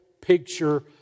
picture